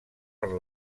per